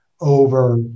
over